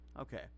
Okay